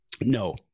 No